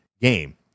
game